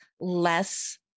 less